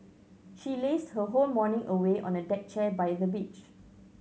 she lazed her whole morning away on a deck chair by the beach